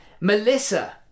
Melissa